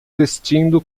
vestindo